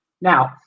Now